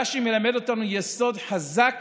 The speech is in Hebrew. רש"י מלמד אותנו יסוד חזק